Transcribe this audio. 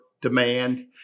demand